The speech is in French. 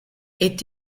est